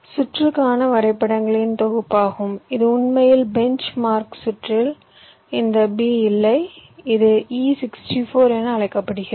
சுற்றுக்கான வரைபடங்களின் தொகுப்பாகும் இது உண்மையில் பெஞ்ச் மார்க் சுற்றில் இந்த B இல்லை இது e64 என அழைக்கப்படுகிறது